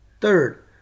Third